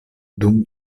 dum